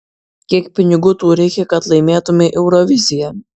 kiek pinigų tau reikia kad laimėtumei euroviziją